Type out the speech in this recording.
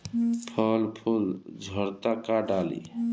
फल फूल झड़ता का डाली?